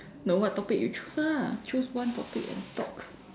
no what topic you choose lah choose one topic and talk